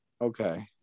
Okay